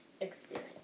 experience